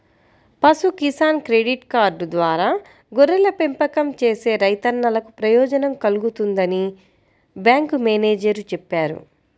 పశు Kisan credit card ద్వారా గొర్రెల పెంపకం చేసే రైతన్నలకు ప్రయోజనం కల్గుతుందని బ్యాంకు మేనేజేరు చెప్పారు